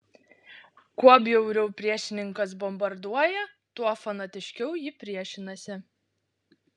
kuo bjauriau priešininkas bombarduoja tuo fanatiškiau ji priešinasi